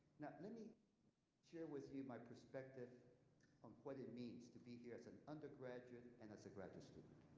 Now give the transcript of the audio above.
lemme share with you my perspective on what it means to be here as an undergraduate and as a graduate student.